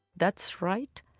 that's right,